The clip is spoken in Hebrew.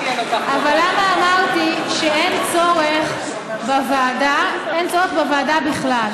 למה אמרתי שאין צורך בוועדה בכלל.